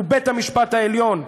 הוא בית המשפט העליון.